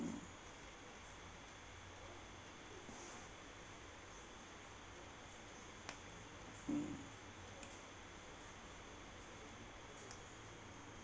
mm